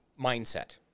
mindset